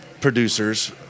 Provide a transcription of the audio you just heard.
producers